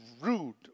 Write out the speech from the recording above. rude